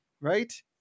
right